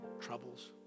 troubles